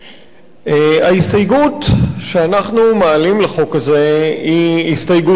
ההסתייגות שאנחנו מעלים לחוק הזה היא הסתייגות עקרונית.